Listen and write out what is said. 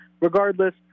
Regardless